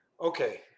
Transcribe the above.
Okay